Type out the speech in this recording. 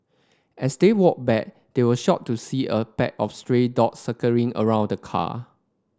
as they walked back they were shocked to see a pack of stray dogs circling around the car